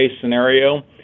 scenario